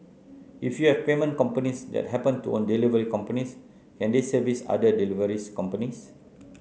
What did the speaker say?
if you have payment companies that happen to own delivery companies can they service other delivery companies